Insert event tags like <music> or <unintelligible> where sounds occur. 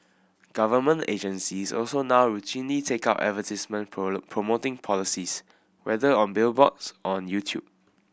government agencies also now routine take out advertisement <unintelligible> promoting policies whether on Billboards or on YouTube